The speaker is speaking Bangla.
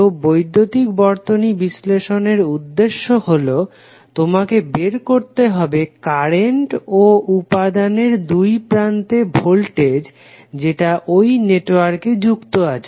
তো বৈদ্যুতিক বর্তনী বিশ্লেষণের উদ্দেশ্য হলো তোমাকে বের করতে হবে কারেন্ট ও উপাদানের দুই প্রান্তে ভোল্টেজ যেটা ঐ নেটওয়ার্কে যুক্ত আছে